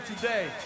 today